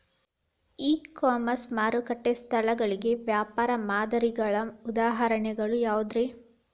E commerce ಮಾರುಕಟ್ಟೆ ಸ್ಥಳಗಳಿಗೆ ವ್ಯಾಪಾರ ಮಾದರಿಗಳ ಉದಾಹರಣೆಗಳು ಯಾವವುರೇ?